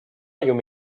llum